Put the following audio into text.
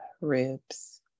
ribs